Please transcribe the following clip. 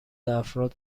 افراد